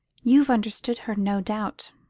you've understood her, no doubt,